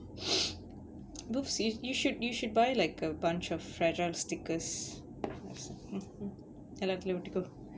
dude you should you should buy like a bunch of fragile stickers mmhmm எல்லாத்துலயும் ஒட்டிக்கோ:ellathulaiyum ottikko